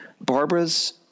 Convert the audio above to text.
Barbara's